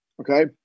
Okay